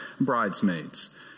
bridesmaids